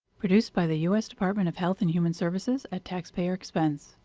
produced by the us department of health and human services at taxpayer expense.